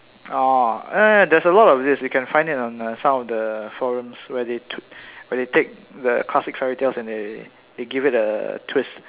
orh err there's a lot of this you can find it on uh some of the forums where they t~ where they take the classic fairy tales and they they give it a twist